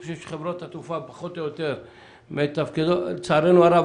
אני חושב שחברות התעופה פחות או יותר מתפקדות לצערנו הרב,